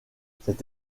cette